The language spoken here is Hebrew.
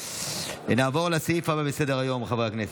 נעבור לסעיף הבא בסדר-היום, חברי הכנסת.